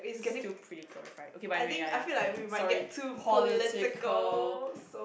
still pretty glorified okay but anyway ya ya sorry political